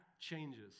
changes